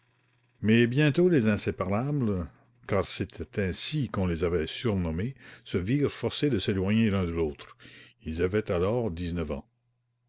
mais bientôt les inséparables car c'était ainsi qu'on les avaient surnommés se virent forcés de s'éloigner l'un de l'autre ils avaient alors dix-neuf ans